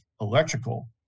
electrical